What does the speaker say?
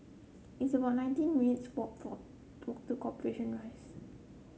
it's about nineteen minutes' walk for to Corporation Rise